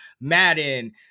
madden